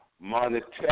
monetary